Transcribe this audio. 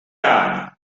out